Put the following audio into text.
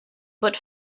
but